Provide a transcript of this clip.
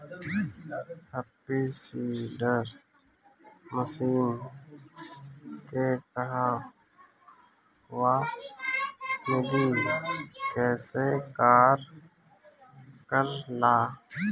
Happy seeder machine के कहवा मिली कैसे कार कर ला?